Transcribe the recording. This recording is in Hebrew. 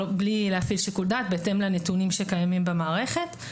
בלי להפעיל שיקול דעת בהתאם לנתונים שקיימים במערכת.